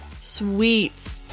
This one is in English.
Sweet